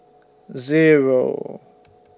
Zero